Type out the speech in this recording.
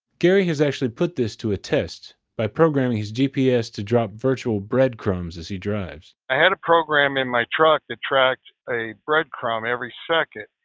gary has actually put this to a test, by programming his gps to d rop virtual breadcrumbs as he drives. i had a program in my truck that tracked a breadcrumb every second,